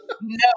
No